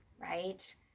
right